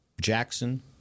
Jackson